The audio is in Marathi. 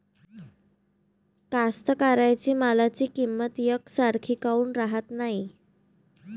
कास्तकाराइच्या मालाची किंमत यकसारखी काऊन राहत नाई?